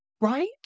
right